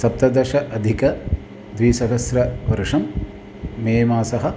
सप्तदशाधिकद्विसहस्रवर्षं May मासः